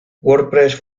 wordpress